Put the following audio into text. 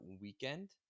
weekend